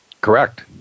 Correct